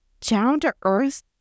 down-to-earth